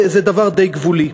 זה דבר די גבולי.